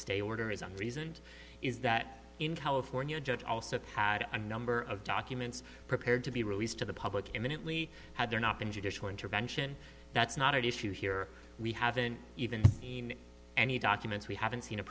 stay order is a reason is that in california judge also had a number of documents prepared to be released to the public immediately had there not been judicial intervention that's not at issue here we haven't even seen any documents we haven't seen